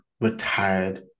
retired